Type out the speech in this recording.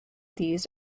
these